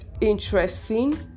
interesting